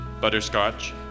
butterscotch